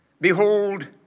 behold